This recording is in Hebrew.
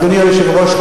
אדוני היושב-ראש,